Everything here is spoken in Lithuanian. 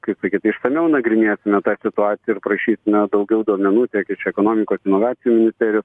kaip sakyt išsamiau nagrinėsime tą situaciją ir prašysime daugiau duomenų tiek iš ekonomikos inovacijų ministerijos